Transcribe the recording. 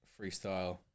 freestyle